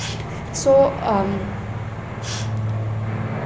so um